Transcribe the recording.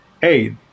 hey